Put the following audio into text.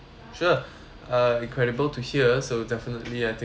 sure uh incredible to hear so definitely I think